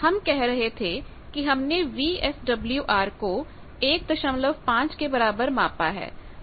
हम कह रहे थे कि हमने वीएसडब्ल्यूआर को 15 के बराबर मापा है